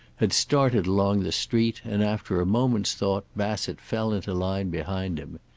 had started along the street, and, after a moment's thought, bassett fell into line behind him.